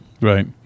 Right